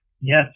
Yes